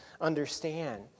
understand